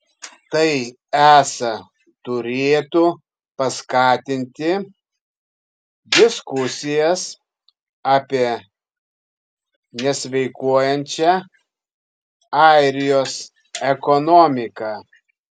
tai esą turėtų paskatinti diskusijas apie nesveikuojančią airijos ekonomiką